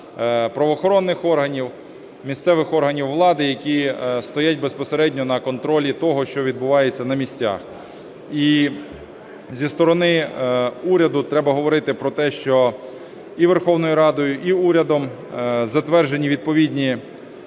правоохоронних органів, місцевих органів влади, які стоять безпосередньо на контролі того, що відбувається на місцях. І зі сторони уряду треба говорити про те, що і Верховною Радою, і урядом затверджені відповідні